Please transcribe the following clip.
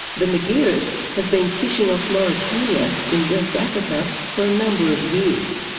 the margiris has been fishing off mauritania in west africa for a number of years.